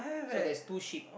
so there's two sheep